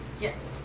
Yes